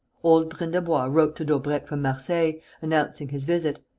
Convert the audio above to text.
old brindebois wrote to daubrecq from marseilles, announcing his visit.